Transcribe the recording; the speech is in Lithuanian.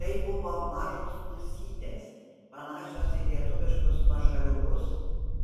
tai buvo mažos musytės panašios į lietuviškus mašaliukus